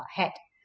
had